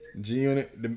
G-Unit